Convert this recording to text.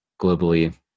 globally